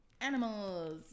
Animals